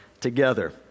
together